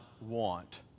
want